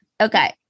Okay